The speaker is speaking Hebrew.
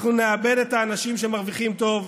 אנחנו נאבד את האנשים שמרוויחים טוב,